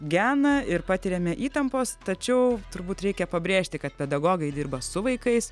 gena ir patiriame įtampos tačiau turbūt reikia pabrėžti kad pedagogai dirba su vaikais